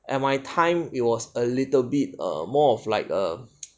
at my time it was a little bit err more of like a